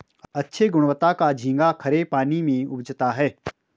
अच्छे गुणवत्ता का झींगा खरे पानी में उपजता है